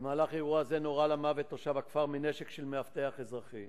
במהלך אירוע זה נורה למוות תושב הכפר מנשק של מאבטח אזרחי